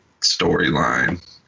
storyline